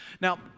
Now